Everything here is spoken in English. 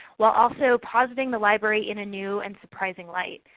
while also positing the library in a new and surprising light.